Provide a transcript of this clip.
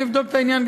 אני אבדוק את העניין,